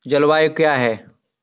जलवायु क्या है?